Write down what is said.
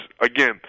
again